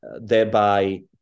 Thereby